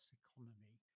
economy